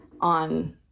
on